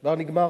כבר נגמר?